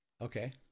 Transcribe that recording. Okay